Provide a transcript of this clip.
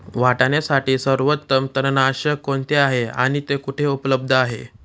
वाटाण्यासाठी सर्वोत्तम तणनाशक कोणते आहे आणि ते कुठे उपलब्ध आहे?